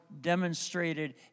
demonstrated